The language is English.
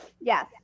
Yes